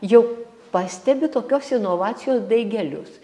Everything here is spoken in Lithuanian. jau pastebiu tokios inovacijos daigelius